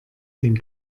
den